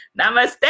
Namaste